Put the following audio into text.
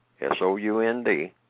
S-O-U-N-D